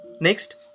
Next